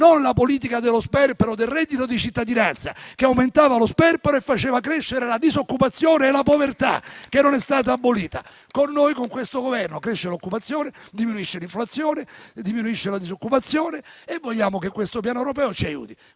non la politica dello sperpero e del reddito di cittadinanza, che aumentavano lo sperpero e faceva crescere la disoccupazione e la povertà, che non è stata abolita. Con noi e con questo Governo cresce l'occupazione, diminuisce l'inflazione, diminuisce la disoccupazione e vogliamo che questo piano europeo ci aiuti.